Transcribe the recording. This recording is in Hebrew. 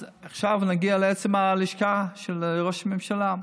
אז עכשיו נגיע לעצם הלשכה של ראש הממשלה.